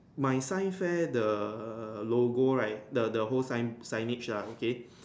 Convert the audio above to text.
my sign said the logo right the the whole sign signage lah okay